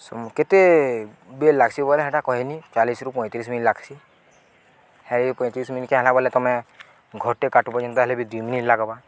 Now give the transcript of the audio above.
କେତେ ବେଲ ଲାଗ୍ସି ବୋଇଲେ ହେଟା କହେନି ଚାଲିଶରୁୁ ପଇଁତିରିଶ ମିନି୍ ଲାଗ୍ସି ହେଇ ପଇଁତିରିଶ ମିନି୍କେ ହେଲା ବୋଇଲେ ତମେ ଘର୍ଟେ କାଟବ ଯେନ୍ତା ହେଲେ ଦୁଇ ମିନିଟ୍ ଲାଗ୍ବା